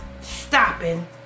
stopping